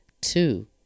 two